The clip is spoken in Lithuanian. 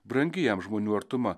brangi jam žmonių artuma